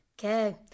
Okay